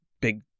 big